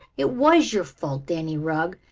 it was your fault, danny rugg,